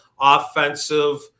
offensive